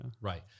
Right